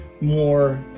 more